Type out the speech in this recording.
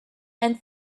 and